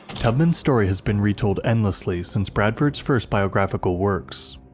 tubman's story has been retold endlessly since bradford's first biographical works.